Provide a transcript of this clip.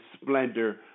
splendor